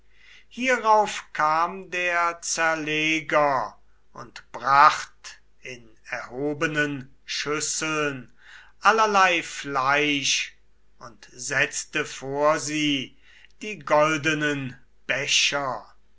hierauf kam der zerleger und bracht in erhobenen schüsseln allerlei fleisch und setzte vor sie die goldenen becher